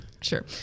Sure